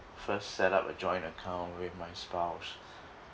first set up a joint account with my spouse